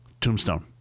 Tombstone